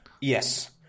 Yes